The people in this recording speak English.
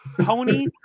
Pony